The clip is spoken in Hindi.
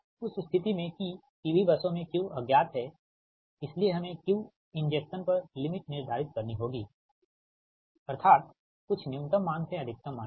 तो उस स्थिति में कि P V बसों में Q अज्ञात है इसलिए हमें Q इंजेक्शन पर लिमिट निर्धारित करनी होगी अथार्त कुछ न्यूनतम मान से अधिकतम मान ठीक